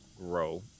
grow